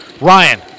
Ryan